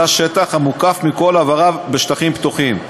שטח המוקף מכל עבריו בשטחים פתוחים.